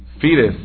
fetus